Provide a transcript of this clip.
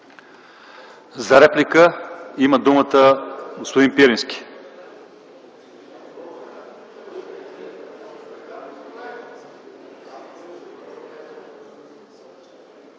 За реплика има думата господин Пирински.